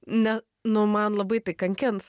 ne nu man labai tai kankins